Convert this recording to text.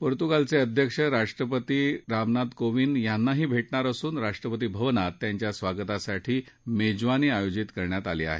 पोर्तुगालचे अध्यक्ष राष्ट्रपती रामनाथ कोविंद यांनाही भेटणार असून राष्ट्रपती भवनात त्यांच्या स्वागतासाठी मेजवानी आयोजित केली आहे